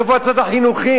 איפה הצד החינוכי?